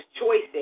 choices